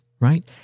Right